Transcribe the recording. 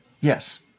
Yes